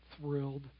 thrilled